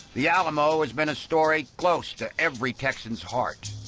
the alamo has been a story close to every texan's heart.